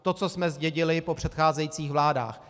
To, co jsme zdědili po předcházejících vládách.